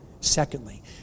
Secondly